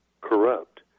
corrupt